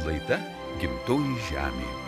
laida gimtoji žemė